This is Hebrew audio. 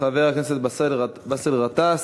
חבר הכנסת באסל גטאס,